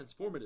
transformative